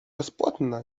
bezpłatna